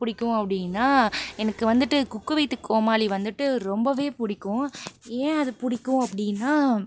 பிடிக்கும் அப்படினா எனக்கு வந்துட்டு குக்கூ வித் கோமாளி வந்துட்டு ரொம்பவே பிடிக்கும் ஏன் அது பிடிக்கும் அப்படினா